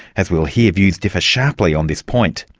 as we'll hear, views differ sharply on this point.